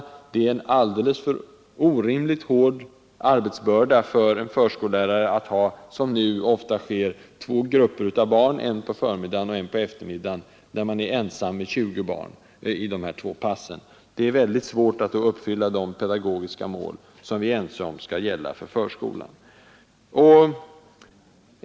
Det är en orimligt hård arbetsbörda för en förskolelärare att, som nu ofta är fallet, ha två grupper barn — en på förmiddagen och en på eftermiddagen — då han eller hon är ensam med 20 barn i två intensiva tretimmarspass. Det är mycket svårt att då uppfylla de pedagogiska mål som vi är ense om skall gälla för förskolan.